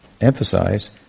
emphasize